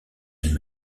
elles